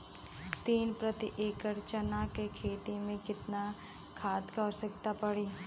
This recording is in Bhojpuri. तीन प्रति एकड़ चना के खेत मे कितना खाद क आवश्यकता पड़ी?